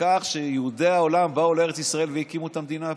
לכך שיהודי העולם באו לארץ ישראל והקימו את המדינה פה.